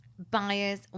buyers